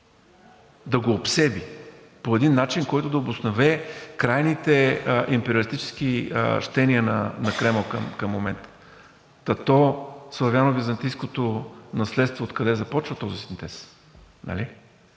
да го обсеби по един начин, който да обоснове крайните империалистически щения на Кремъл към момента. Та то – славяно-византийското наследство, откъде започва този синтез,